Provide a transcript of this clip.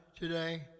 today